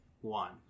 One